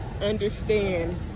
understand